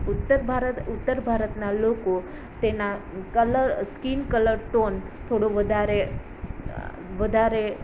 ઉત્તર ભારત ઉત્તર ભારતના લોકો તેના કલર સ્કીન કલર ટોન થોડો વધારે વધારે